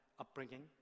upbringing